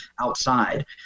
outside